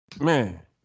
Man